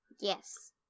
Yes